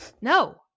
no